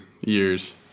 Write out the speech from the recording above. years